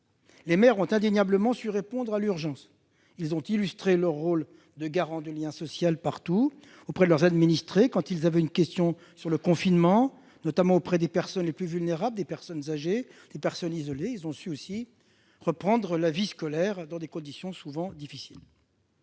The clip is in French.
Les maires ont indéniablement su répondre à l'urgence. Ils ont partout tenu leur rôle de garants du lien social auprès de leurs administrés, quand ces derniers avaient une question à poser sur le confinement, et notamment auprès des personnes les plus vulnérables, les personnes âgées et les personnes isolées. Ils ont su aussi organiser la reprise de la vie scolaire, dans des conditions souvent difficiles.